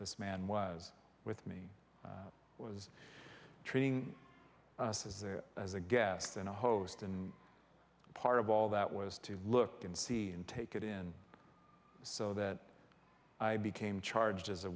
this man was with me was treating us as their as a guest and a host and part of all that was to look and see and take it in so that i became charged as a